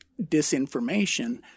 disinformation